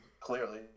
clearly